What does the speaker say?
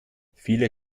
viele